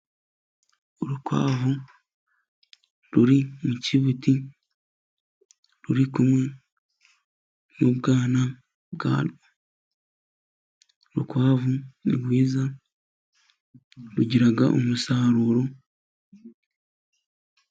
Urukwavu ruri mu kibuti . Ruri kumwe n'ubwana bwarwo. Urukwavu ni rwiza rugira umusaruro.